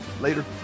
Later